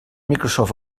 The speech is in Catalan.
microsoft